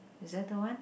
is that the one